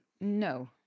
No